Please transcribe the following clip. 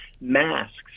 masks